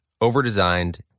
overdesigned